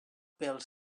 pels